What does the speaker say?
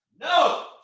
No